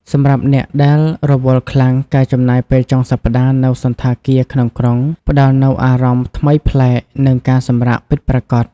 សម្រាប់អ្នកដែលរវល់ខ្លាំង ការចំណាយពេលចុងសប្តាហ៍នៅសណ្ឋាគារក្នុងក្រុង ផ្ដល់នូវអារម្មណ៍ថ្មីប្លែក និងការសម្រាកពិតប្រាកដ។